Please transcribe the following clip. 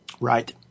right